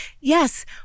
yes